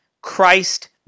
Christ